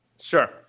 Sure